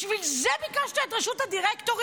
בשביל זה ביקשת את רשות הדירקטורים?